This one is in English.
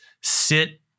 sit